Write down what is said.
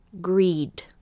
greed